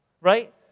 right